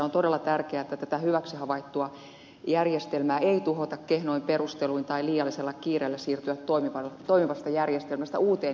on todella tärkeätä että tätä hyväksi havaittua järjestelmää ei tuhota kehnoin perusteluin tai liiallisella kiireellä siirtyä toimivasta järjestelmästä uuteen järjestelmään